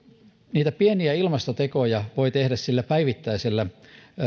niitä pieniä ilmastotekoja voi tehdä sillä päivittäisellä